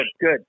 good